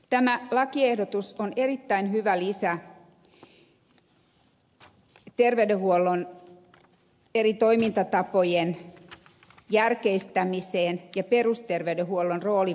tämä lakiehdotus on erittäin hyvä lisä terveydenhuollon eri toimintatapojen järkeistämiseen ja perusterveydenhuollon roolin vahvistamiseen